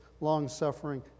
long-suffering